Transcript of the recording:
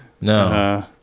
No